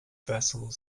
vessel